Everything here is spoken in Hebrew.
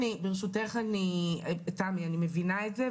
תמי, אני מבינה את זה.